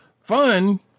fun